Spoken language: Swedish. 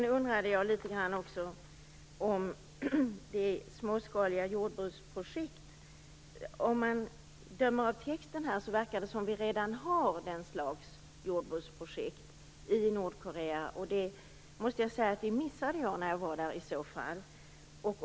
Jag undrar också litet grand över de småskaliga jordbruksprojekten. Av texten i interpellationssvaret att döma verkar det som om vi redan har denna slags jordbruksprojekt i Nordkorea. Det missade jag när jag var där i så fall.